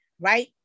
right